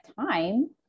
time